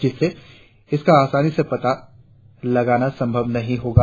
जिससे इसका आसानी से पता लगाना संभव नहीं होगा